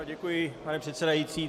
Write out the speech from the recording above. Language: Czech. Děkuji, pane předsedající.